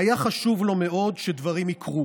היה חשוב לו מאוד שדברים יקרו